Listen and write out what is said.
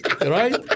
right